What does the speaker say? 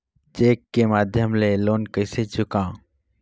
Cheque के माध्यम ले लोन कइसे चुकांव?